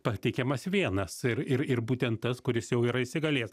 pateikiamas vienas ir ir ir būtent tas kuris jau yra įsigalėjęs